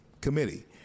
committee